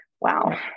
Wow